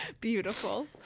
beautiful